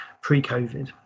pre-Covid